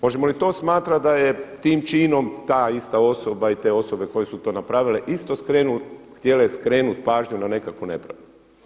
Možemo li to smatrati da je tim činom ta ista osoba i te osobe koje su to napravile isto htjele skrenut pažnju na nekakvu nepravdu.